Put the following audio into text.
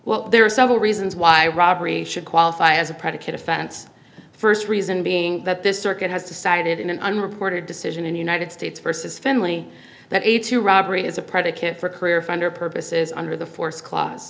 well there are several reasons why a robbery should qualify as a predicate offense first reason being that this circuit has decided in an reporter decision in the united states versus finley that a two robbery is a predicate for career offender purposes under the force clause